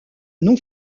non